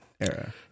era